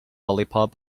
lollipop